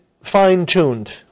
fine-tuned